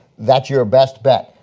that's your best bet.